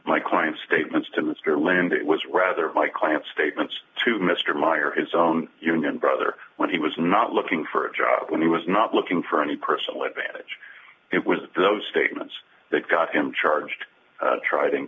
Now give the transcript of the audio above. my client's statements to mr land it was rather my client's statements to mr meyer his younger brother when he was not looking for a job when he was not looking for any personal advantage it was those statements that got him charged tried and